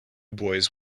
boys